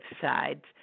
sides